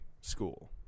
school